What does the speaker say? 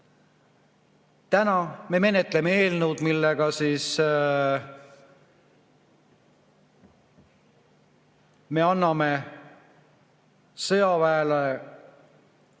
Täna me menetleme eelnõu, millega me anname sõjaväele